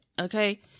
okay